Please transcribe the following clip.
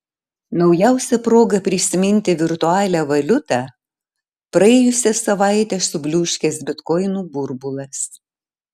naujausia proga prisiminti virtualią valiutą praėjusią savaitę subliūškęs bitkoinų burbulas